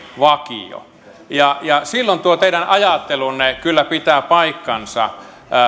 vakio silloin tuo teidän ajattelunne että mitä se silloin auttaa kyllä pitää paikkansa